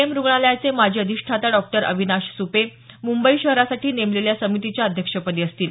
M रुग्णालयाचे माजी अधिष्ठाता डॉक्टर अविनाश सुपे मुंबई शहरासाठी नेमलेल्या समितीच्या अध्यक्षपदी असतील